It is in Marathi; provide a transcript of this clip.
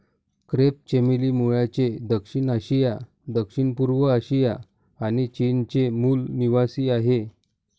क्रेप चमेली मूळचे दक्षिण आशिया, दक्षिणपूर्व आशिया आणि चीनचे मूल निवासीआहे